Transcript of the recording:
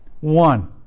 One